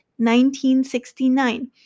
1969